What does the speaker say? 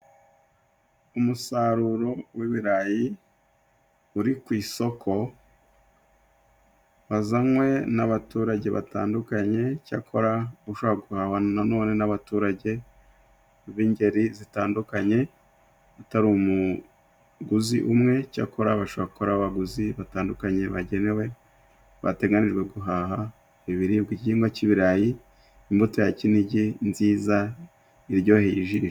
Umusaruro w'ibirayi uri ku isoko wazanwe n'abaturage batandukanye cyakora ushobora guhahwa nanone n'abaturage b'ingeri zitandukanye, utari umuguzi umwe cyakora bashobora kuba ari abaguzi batandukanye bagenewe bateganijwe guhaha ibiribwa ,igihingwa cy'ibirayi imbuto ya kinigi nziza iryoheye ijisho.